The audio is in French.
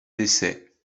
décès